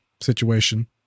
situation